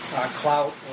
clout